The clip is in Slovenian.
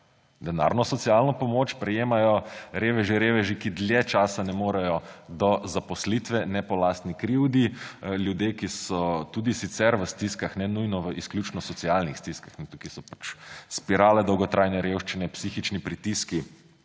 Denarno socialno pomoč prejemajo reveži, ki dlje časa ne morejo do zaposlitve, ne po lastni krivdi, ljudje, ki so tudi sicer v stiskah, ne nujno v izključno socialnih stiskah, tukaj so spirale dolgotrajne revščine, psihični pritiski